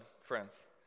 friends